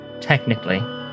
technically